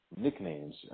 nicknames